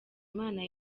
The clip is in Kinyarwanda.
imana